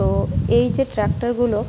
তো এই যে ট্রাক্টারগুলো